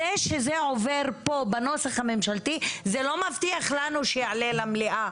זה שזה עובר פה בנוסח הממשלתי זה לא מבטיח לנו שיעלה למליאה.